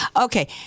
Okay